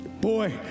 boy